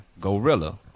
Gorilla